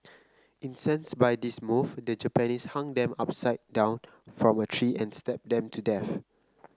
incensed by this move the Japanese hung them upside down from a tree and stabbed them to death